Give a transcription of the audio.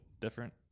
different